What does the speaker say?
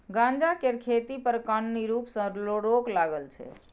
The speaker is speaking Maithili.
गांजा केर खेती पर कानुनी रुप सँ रोक लागल छै